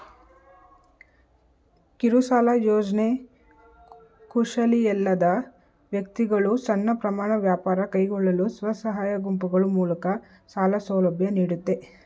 ಕಿರುಸಾಲ ಯೋಜ್ನೆ ಕುಶಲಿಯಲ್ಲದ ವ್ಯಕ್ತಿಗಳು ಸಣ್ಣ ಪ್ರಮಾಣ ವ್ಯಾಪಾರ ಕೈಗೊಳ್ಳಲು ಸ್ವಸಹಾಯ ಗುಂಪುಗಳು ಮೂಲಕ ಸಾಲ ಸೌಲಭ್ಯ ನೀಡುತ್ತೆ